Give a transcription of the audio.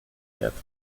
quatre